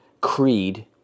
creed